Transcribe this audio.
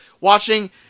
watching